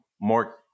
more –